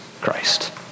Christ